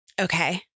Okay